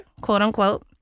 quote-unquote